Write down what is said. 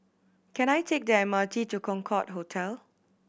can I take the M R T to Concorde Hotel